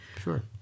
Sure